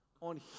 on